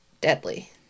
deadly